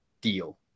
deal